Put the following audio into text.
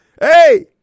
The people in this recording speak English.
Hey